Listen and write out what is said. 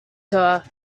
sir